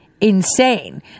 insane